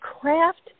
Craft